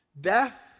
death